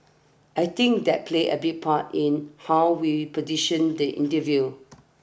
I think that plays a big part in how we position the interview